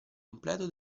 completo